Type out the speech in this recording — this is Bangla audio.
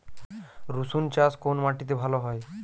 রুসুন চাষ কোন মাটিতে ভালো হয়?